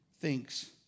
thinks